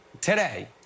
today